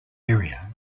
area